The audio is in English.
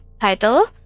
title